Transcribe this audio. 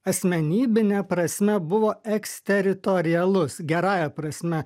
asmenybine prasme buvo eksteritorialus gerąja prasme